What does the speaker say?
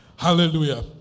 Hallelujah